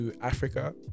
Africa